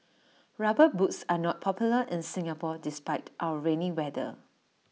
rubber boots are not popular in Singapore despite our rainy weather